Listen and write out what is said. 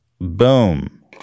Boom